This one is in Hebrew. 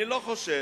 אני לא חושב